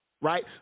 right